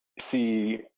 see